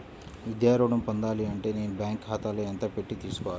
విద్యా ఋణం పొందాలి అంటే నేను బ్యాంకు ఖాతాలో ఎంత పెట్టి తీసుకోవాలి?